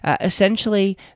essentially